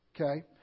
okay